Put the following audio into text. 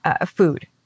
food